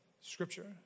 scripture